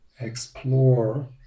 explore